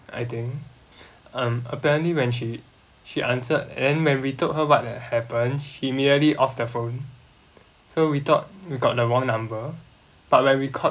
I think um apparently when she she answered and when we told her what had happened she immediately off the phone so we thought we got the wrong number but when we called